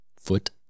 foot